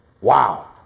Wow